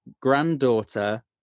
granddaughter